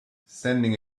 sending